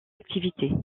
activité